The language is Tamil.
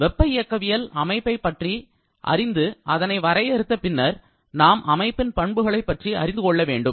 வெப்ப இயக்கவியல் அமைப்பை பற்றி அறிந்து அதனை வரையறுத்த பின்னர் நாம் அமைப்பின் பண்புகளை பற்றி நாம் அறிந்துகொள்ள வேண்டும்